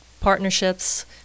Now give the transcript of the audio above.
partnerships